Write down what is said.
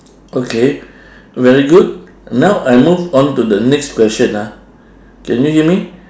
okay very good now I move on to the next question ah can you hear me